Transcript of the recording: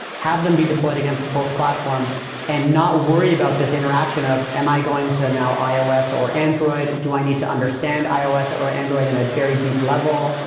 have them be deployed against both platforms and not worry about this interaction of, am i going to do now ios or android? do i need to understand ios or android in a very deep level,